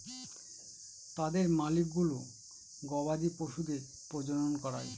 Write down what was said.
তাদের মালিকগুলো গবাদি পশুদের প্রজনন করায়